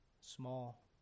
small